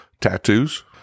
tattoos